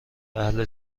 اهل